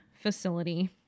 facility